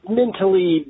mentally